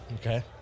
okay